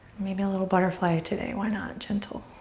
maybe a little butterfly today. why not? gentle.